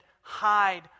hide